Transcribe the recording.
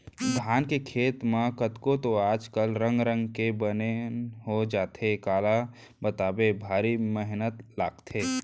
धान के खेत म कतको तो आज कल रंग रंग के बन हो जाथे काला बताबे भारी मेहनत लागथे